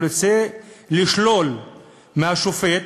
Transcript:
רוצה לשלול מהשופט,